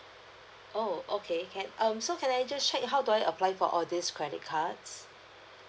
oh okay can um so can I just check how do I apply for all these credit cards